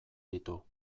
ditu